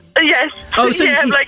Yes